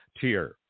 tier